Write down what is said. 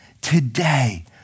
Today